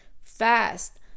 fast